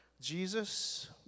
Jesus